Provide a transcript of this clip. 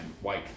white